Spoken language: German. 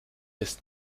ist